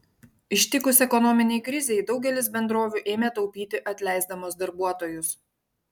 ištikus ekonominei krizei daugelis bendrovių ėmė taupyti atleisdamos darbuotojus